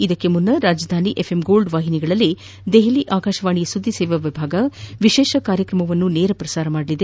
ಇದಕ್ಕೂ ಮುನ್ನ ರಾಜಧಾನಿ ಎಫ್ಎಂ ಗೋಲ್ಡ್ ವಾಹಿನಿಗಳಲ್ಲಿ ದೆಹಲಿ ಆಕಾಶವಾಣಿ ಸುದ್ದಿ ಸೇವಾ ವಿಭಾಗ ವಿಶೇಷ ಕಾರ್ಯಕ್ರಮವನ್ನು ನೇರ ಪ್ರಸಾರ ಮಾಡಲಿದೆ